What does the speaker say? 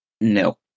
No